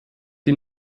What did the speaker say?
die